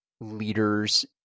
leaders